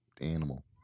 animal